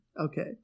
Okay